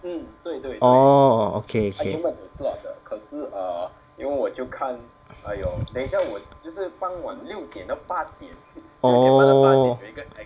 orh okay orh